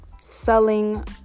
Selling